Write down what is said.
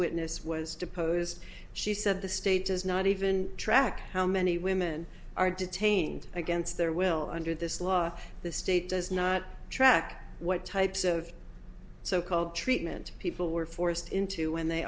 witness was deposed she said the state does not even track how many women are detained against their will under this law the state does not track what types of so called treatment people were forced into when they